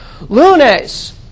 Lunes